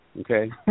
okay